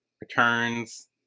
returns